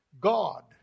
God